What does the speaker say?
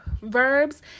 verbs